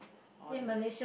all the